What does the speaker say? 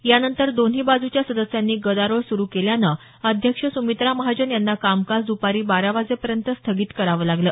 यानंतर दोन्ही बाजूच्या सदस्यांनी गदारोळ सुरु केल्यानं अध्यक्ष सुमित्रा महाजन यांना कामकाज दपारी बारा वाजेपर्यंत स्थगित करावं लागलं